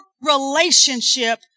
relationship